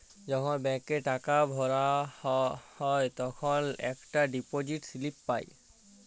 যখল ব্যাংকে টাকা ভরা হ্যায় তখল ইকট ডিপজিট ইস্লিপি পাঁই